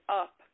up